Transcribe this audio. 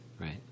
right